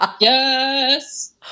Yes